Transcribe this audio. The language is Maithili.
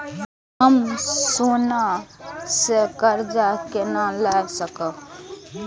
हम सोना से कर्जा केना लाय सकब?